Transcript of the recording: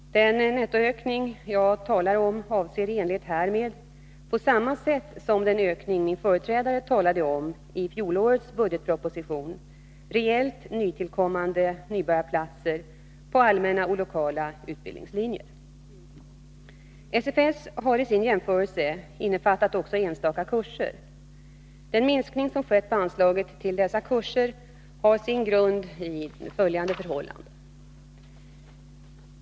Den nettoökning jag talar om avser i enlighet härmed — på samma sätt som den ökning min företrädare talade om i fjolårets budgetproposition — reellt nytillkommande nybörjarplatser på allmänna och lokala utbildningslinjer. SFS har i sin jämförelse innefattat också enstaka kurser. Den minskning som skett på anslaget till dessa kurser har sin grund i följande förhållande.